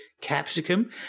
capsicum